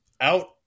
out